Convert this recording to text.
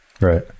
Right